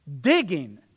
digging